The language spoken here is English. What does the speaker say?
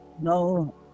no